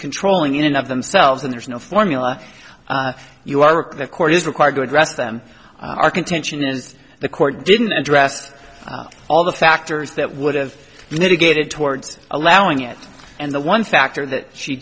controlling in and of themselves and there's no formula you are the court is required to address them our contention is the court didn't address all the factors that would have mitigated towards allowing it and the one factor that she